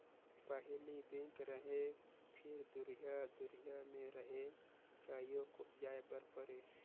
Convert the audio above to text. पहिली बेंक रहें फिर दुरिहा दुरिहा मे रहे कयो कोस जाय बर परे